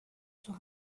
توی